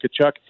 Kachuk